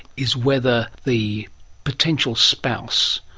is whether the potential spouse,